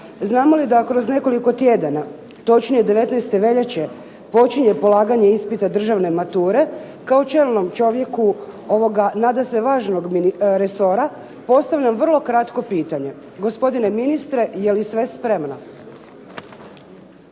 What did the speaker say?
Znamo li da kroz nekoliko tjedana, točnije 19. veljače počinje polaganje ispita državne mature kao čelnom čovjeku ovoga nadasve važnog resora postavljam vrlo kratko pitanje, gospodine ministre je li sve spremno?